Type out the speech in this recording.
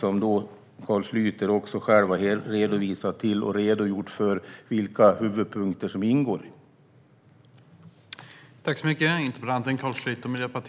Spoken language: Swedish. Carl Schlyter har själv hänvisat till detta och redogjort för vilka huvudpunkter som ingår i det.